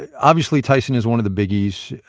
and obviously, tyson is one of the biggies,